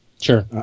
Sure